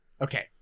Okay